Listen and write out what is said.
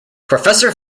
professor